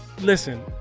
listen